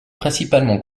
principalement